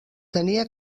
tenia